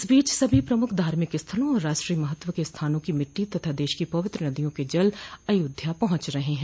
इस बीच सभी प्रमुख धार्मिक स्थलों और राष्ट्रीय महत्व के स्थानों की मिट्टी तथा देश की पवित्र नदियों के जल अयोध्या पहुंच रहे हैं